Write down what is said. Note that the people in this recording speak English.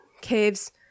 caves